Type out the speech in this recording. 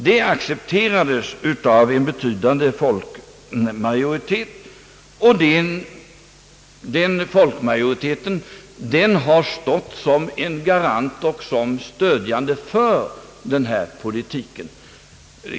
Detta accepterades av en betydande folkmajoritet, och den har stått som garant och stödjare av den politiken.